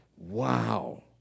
Wow